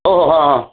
ओहो हा हा